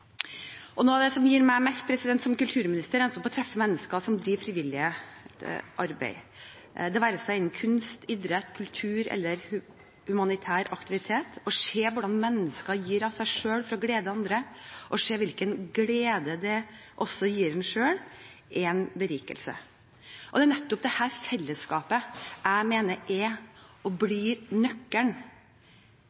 Noe av det som gir meg mest som kulturminister, er nettopp å treffe mennesker som driver med frivillig arbeid, det være seg innen kunst, idrett, kultur eller humanitær aktivitet. Det å se hvordan mennesker gir av seg selv for å glede andre, og å se hvilken glede det også gir en selv, er en berikelse. Det er nettopp dette fellesskapet jeg mener er og